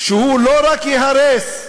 שהוא לא רק ייהרס,